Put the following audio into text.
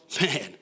Man